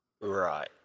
Right